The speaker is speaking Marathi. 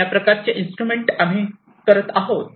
या प्रकारचे इंस्ट्रूमेंट आम्ही करत आहोत